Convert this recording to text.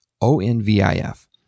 O-N-V-I-F